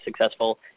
successful